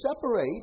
separate